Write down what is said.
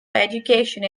education